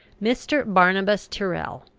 mr. barnabas tyrrel,